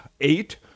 eight